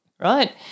Right